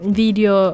video